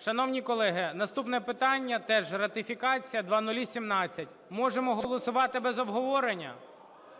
Шановні колеги, наступне питання теж ратифікація 0017. Можемо голосувати без обговорення?